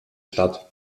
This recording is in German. statt